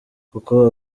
kuko